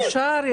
אושר,